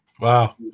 Wow